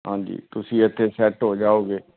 ਹਾਂਜੀ ਤੁਸੀਂ ਇਥੇ ਸੈਟ ਹੋ ਜਾਓਗੇ